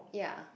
ya